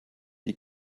die